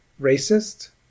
racist